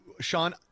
Sean